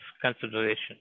consideration